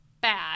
bad